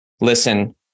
listen